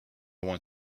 want